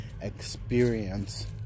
experience